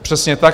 Přesně tak.